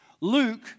Luke